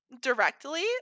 directly